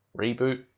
reboot